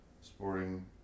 sporting